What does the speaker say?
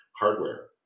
hardware